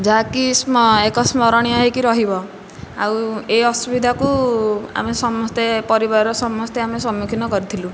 ଯାହା କି ଏକ ସ୍ମରଣୀୟ ହୋଇକି ରହିବ ଆଉ ଏ ଅସୁବିଧାକୁ ଆମେ ସମସ୍ତେ ପରିବାରର ସମସ୍ତେ ଆମେ ସମ୍ମୁଖୀନ କରିଥିଲୁ